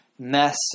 mess